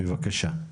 בבקשה.